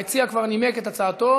המציע כבר נימק את הצעתו,